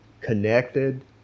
connected